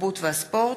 התרבות והספורט,